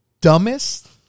dumbest